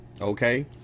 Okay